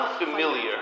unfamiliar